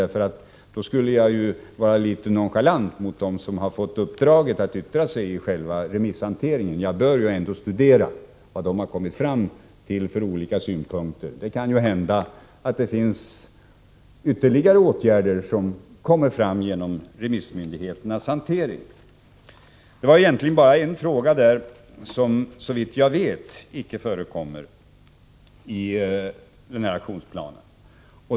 Det skulle vara nonchalant mot dem som har att yttra sig i själva remissomgången. Jag bör givetvis studera vilka synpunkter de har. Det kan ju hända att det finns Det är egentligen bara en fråga som, såvitt jag vet, inte förekommer i aktionsplanen.